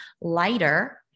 lighter